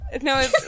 No